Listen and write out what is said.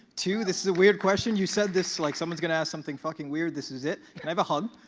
two, this is a weird question. you said this, like someone's gonna ask something fucking weird. this is it. can i have a hug?